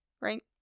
right